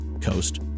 coast